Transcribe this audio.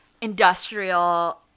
industrial